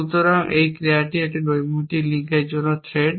সুতরাং এই ক্রিয়াটি এই নৈমিত্তিক লিঙ্কের জন্য থ্রেড